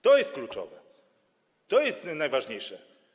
To jest kluczowe, to jest najważniejsze.